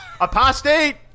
Apostate